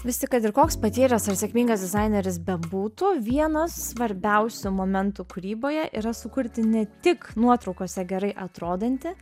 vis tik kad ir koks patyręs ir sėkmingas dizaineris bebūtų vienas svarbiausių momentų kūryboje yra sukurti ne tik nuotraukose gerai atrodantį